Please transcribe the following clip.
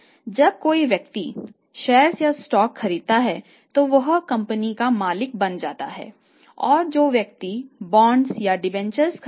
जब कोई व्यक्ति शेयर के रूप में जाना जाता है